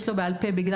יש לו מבחן בעל פה בגלל